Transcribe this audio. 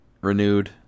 renewed